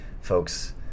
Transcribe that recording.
folks